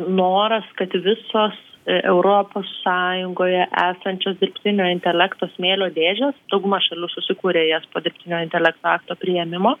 noras kad visos europos sąjungoje esančios dirbtinio intelekto smėlio dėžės dauguma šalių susikūrė jas po dirbtinio intelekto akto priėmimo